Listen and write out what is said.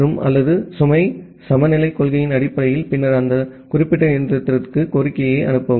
மற்றும் அல்லது சுமை சமநிலை கொள்கையின் அடிப்படையில் பின்னர் அந்த குறிப்பிட்ட இயந்திரத்திற்கு கோரிக்கையை அனுப்பவும்